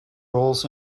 roles